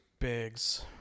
Biggs